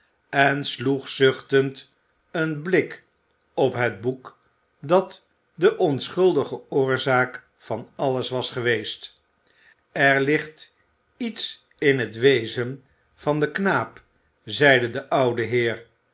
en sloeg zuchtend een blik op het boek dat de onschuldige oorzaak van alles was geweest er ligt iets in het wezen van den knaap zeide de oude heer